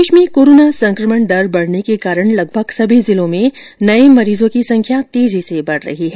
प्रदेश में कोरोना संक्रमण दर बढ़ने के कारण लगभग सभी जिलों में नए मरीजों की संख्या तेजी से बढ़ रही है